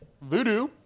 Voodoo